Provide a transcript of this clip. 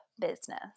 business